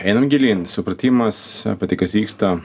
einam gilyn supratimas apie tai kas vyksta